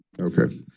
Okay